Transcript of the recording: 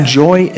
joy